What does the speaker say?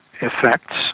effects